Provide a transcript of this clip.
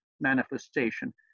manifestation